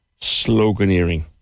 sloganeering